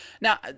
Now